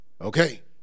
okay